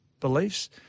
beliefs